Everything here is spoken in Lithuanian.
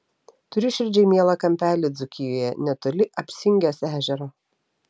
turiu širdžiai mielą kampelį dzūkijoje netoli apsingės ežero